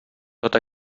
tot